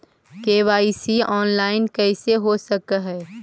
KYC online कैसे हो सक है?